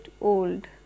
old